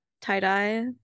tie-dye